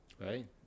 Right